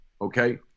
Okay